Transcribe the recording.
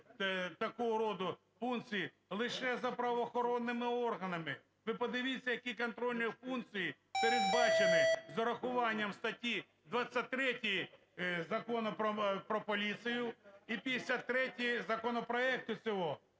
такого роду функції лише за правоохоронними органами. Ви подивіться, які контрольні функції передбачені з урахуванням статті 23 Закону про поліцію і 53-ї законопроекту цього,